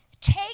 Take